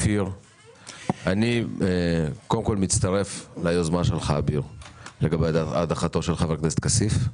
אני מצטרף ליוזמה של אביר לגבי הדחת חבר הכנסת כסיף,